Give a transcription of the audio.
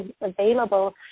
available